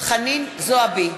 חנין זועבי,